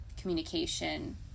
communication